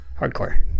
hardcore